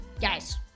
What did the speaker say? guys